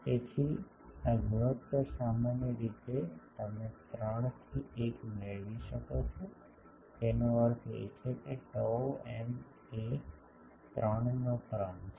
તેથી આ ગુણોત્તર સામાન્ય રીતે તમે 3 થી 1 મેળવી શકો છો તેનો અર્થ એ છે કે tau એમ એ 3 નો ક્રમ છે